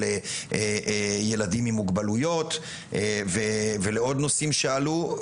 ילדים עם מוגבלויות ולעוד נושאים שעלו,